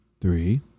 three